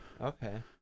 Okay